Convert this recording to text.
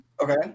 Okay